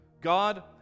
God